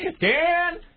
Dan